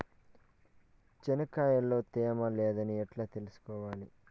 చెనక్కాయ లో తేమ లేదని ఎట్లా తెలుసుకోవాలి?